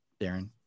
Darren